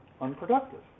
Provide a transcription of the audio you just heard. unproductive